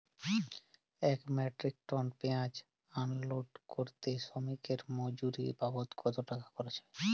এক metric ton পেঁয়াজ unload করতে শ্রমিকের মজুরি বাবদ কত খরচ হয়?